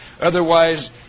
Otherwise